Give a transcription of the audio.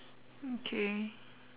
okay